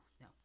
no